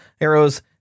arrows